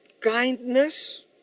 kindness